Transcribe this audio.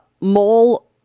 mole